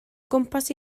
gwmpas